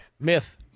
Myth